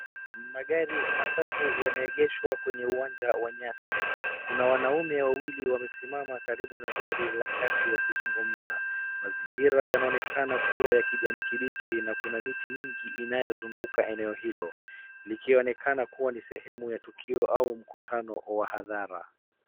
Magari matatu yameegeshwa kwenye uwanja wa nyasi, kuna wanaume wawili wamesimama karibu na gari la kati wakizungmza. Mazingira yanaonekana kuwa ya kijani kibichi, na kuna miti mingi inayozunguka eneo hilo likionekana kuwa ni sehemu ya tukio au mkutano wa hadhara.